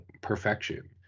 perfection